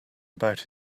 about